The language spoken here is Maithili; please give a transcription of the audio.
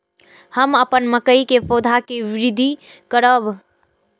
हम अपन मकई के पौधा के वृद्धि करब?